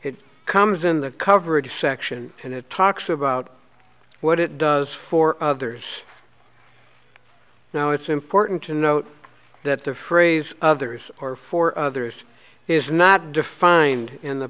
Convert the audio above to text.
it comes in the coverage section and it talks about what it does for others now it's important to note that the phrase others are for others is not defined in the